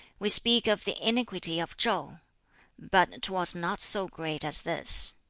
we speak of the iniquity of chau' but twas not so great as this.